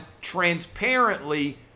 transparently